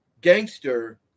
gangster